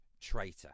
traitor